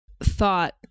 thought